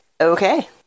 Okay